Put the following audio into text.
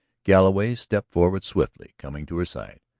galloway stepped forward swiftly, coming to her side.